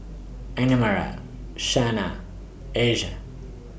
Annemarie Shana Asia